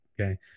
okay